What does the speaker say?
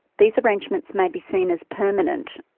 these arrangements may be seen as permanent,